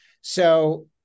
So-